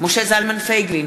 משה זלמן פייגלין,